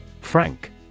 Frank